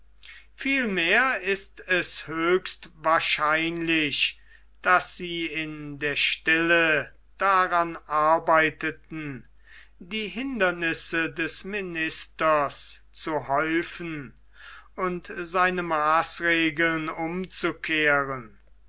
vielmehr ist es höchst wahrscheinlich daß sie in der stille daran arbeiteten die hindernisse des ministers zu häufen und seine maßregeln umzukehren